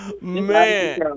Man